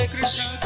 Krishna